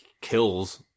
kills